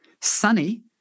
Sunny